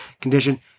condition